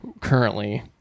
currently